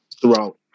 throughout